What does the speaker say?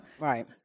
right